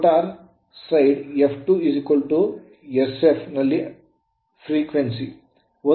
rotor side f2 sf ನಲ್ಲಿ ಆವರ್ತನ